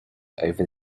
over